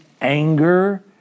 anger